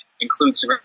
includes